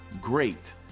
Great